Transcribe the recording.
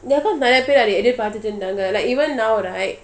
நெறயபெருஎன்னையேபார்த்துட்டுருந்தாங்க:neraya peru enna parthuturunthanga like even now right